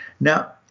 Now